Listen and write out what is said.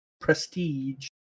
Prestige